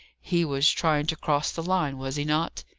he was trying to cross the line, was he not?